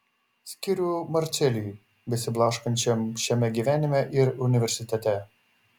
skiriu marcelijui besiblaškančiam šiame gyvenime ir universitete